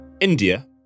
India